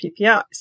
PPIs